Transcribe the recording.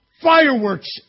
fireworks